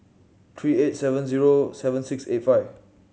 three eight seven zero seven six eight five